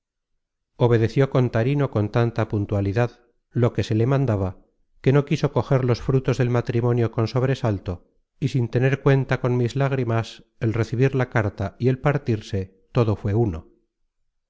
obedeció contarino con tanta puntualidad lo que se le mandaba que no quiso coger los frutos del matrimonio con sobresalto y sin tener cuenta con mis lágrimas el recebir la carta y el partirse todo fué uno